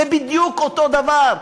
זה בדיוק אותו דבר.